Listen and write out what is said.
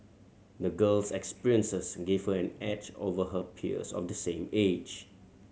the girl's experiences gave her an edge over her peers of the same age